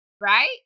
Right